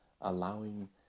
allowing